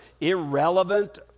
irrelevant